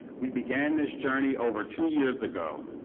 we began this journey over two years ago.